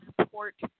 support